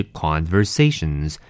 conversations